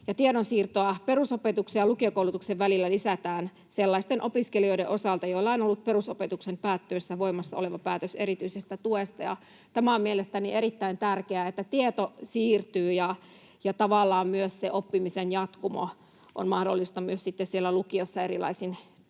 Tiedonsiirtoa perusopetuksen ja lukiokoulutuksen välillä lisätään sellaisten opiskelijoiden osalta, joilla on ollut perusopetuksen päättyessä voimassa oleva päätös erityisestä tuesta. Tämä on mielestäni erittäin tärkeää, että tieto siirtyy ja tavallaan myös se oppimisen jatkumo on mahdollista sitten siellä lukiossa erilaisten tukien